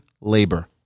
labor